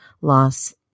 loss